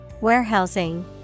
Warehousing